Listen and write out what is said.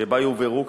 שבה יובהרו,